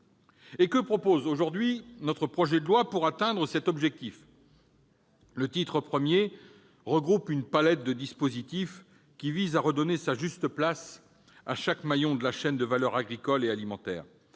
Que propose aujourd'hui le projet de loi pour atteindre cet objectif ? Le titre I regroupe une palette de dispositifs visant à redonner sa juste place à chaque maillon de la chaîne de valeur agricole et alimentaire